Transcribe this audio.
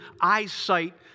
eyesight